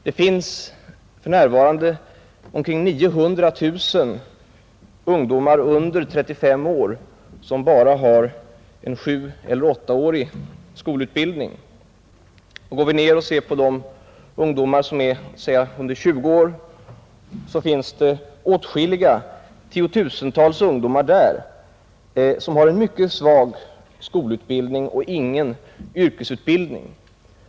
Det finns för närvarande omkring 900 000 ungdomar under 35 år som bara har en sjueller åttaårig skolutbildning. Går vi ner i åldrarna och ser på de ungdomar som är t.ex. under 20 år, finner vi att det där är åtskilliga tiotusental som har en mycket svag allmän skolutbildning och ingen yrkesutbildning.